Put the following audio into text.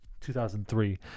2003